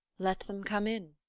let them come in.